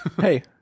hey